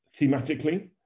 thematically